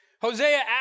Hosea